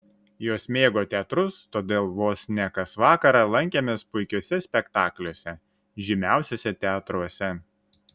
jos mėgo teatrus todėl vos ne kas vakarą lankėmės puikiuose spektakliuose žymiausiuose teatruose